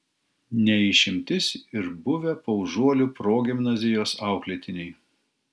ne išimtis ir buvę paužuolių progimnazijos auklėtiniai